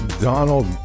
Donald